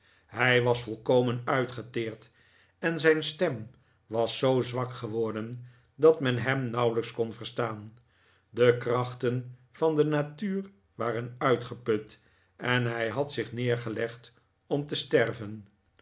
hij was volkomen uitgeteerd en zijn stem was zoo zwak geworden dat men hem nauwelijks kon verstaan de krachten van de natuur waren uitgeput en hij had zich neergelegd om te sterven